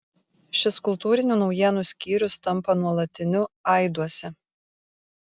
šis kultūrinių naujienų skyrius tampa nuolatiniu aiduose